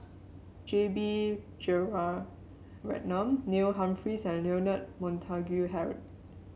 J B Jeyaretnam Neil Humphreys and Leonard Montague Harrod